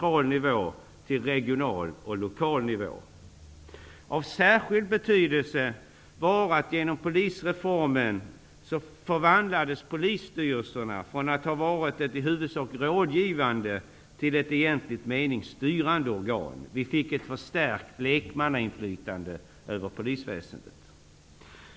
Av särskild betydelse var att genom polisreformen förvandlades polisstyrelserna från att ha varit ett i huvudsak rådgivande organ till ett i egentlig mening styrande organ. Vi fick ett förstärkt lekmannainflytande över polisväsendet.